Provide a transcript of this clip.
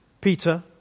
Peter